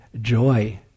joy